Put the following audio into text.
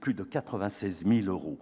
plus de 96 000 euros